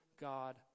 God